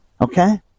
okay